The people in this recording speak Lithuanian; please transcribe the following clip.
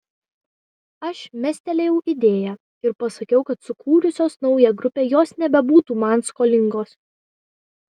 aš mestelėjau idėją ir pasakiau kad sukūrusios naują grupę jos nebebūtų man skolingos